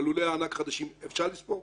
בלולי הענק החדשים האם אפשר לספור?